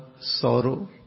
sorrow